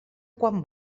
quan